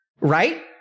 Right